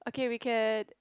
okay we can